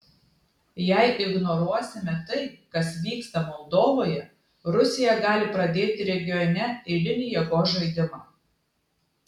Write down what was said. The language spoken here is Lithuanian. jei ignoruosime tai kas vyksta moldovoje rusija gali pradėti regione eilinį jėgos žaidimą